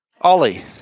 Ollie